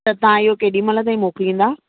त तव्हां इहो केॾी महिल ताईं मोकिलींदा